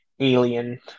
alien